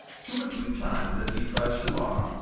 two or three times, as he trudged along,